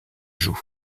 joue